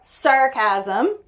sarcasm